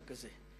בחוק הזה,